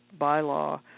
bylaw